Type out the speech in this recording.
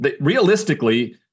realistically